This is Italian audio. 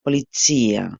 polizia